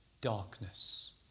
darkness